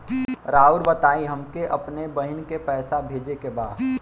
राउर बताई हमके अपने बहिन के पैसा भेजे के बा?